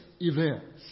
Events